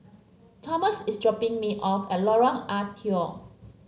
Thomas is dropping me off at Lorong Ah Thia